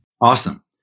Awesome